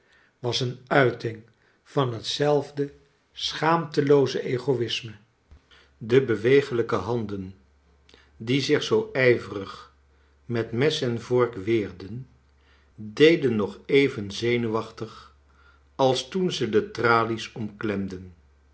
was een uiting van hetzelfde schaamtelooze egoi'sme de beweeglijke handen die zich zoo ijverig met mes en vork weerden deden nog even zenuwachtig als toen ze de tralies